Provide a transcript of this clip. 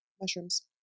Mushrooms